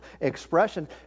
expression